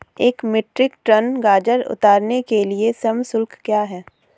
एक metric ton गाजर उतारने के लिए श्रम शुल्क क्या है?